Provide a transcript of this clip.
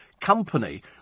company